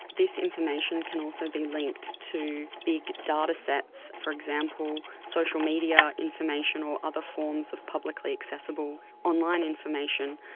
this information can also be linked to big datasets. for example, social media information or other forms of publicly accessible online information.